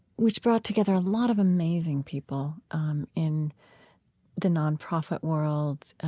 which brought together a lot of amazing people um in the nonprofit world,